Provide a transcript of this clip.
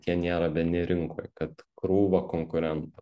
kad jie nėra vieni rinkoj kad krūva konkurentų